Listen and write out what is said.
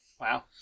Wow